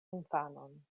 infanon